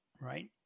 Right